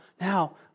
now